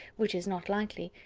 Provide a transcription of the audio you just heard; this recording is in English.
which is not likely,